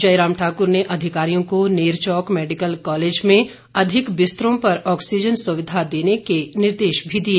जयराम ठाक्र ने अधिकारियों को नेरचौक मेडिकल कॉलेज में अधिक बिस्तरों पर ऑक्सीजन सुविधा देने के निर्देश भी दिए